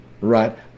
right